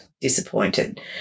Disappointed